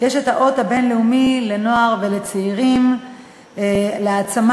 יש האות הבין-לאומי לנוער ולצעירים להעצמה